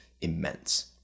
Immense